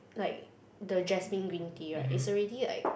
like the jasmine green tea right it's already like